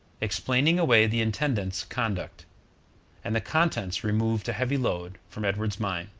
explaining away the intendant's conduct and the contents removed a heavy load from edward's mind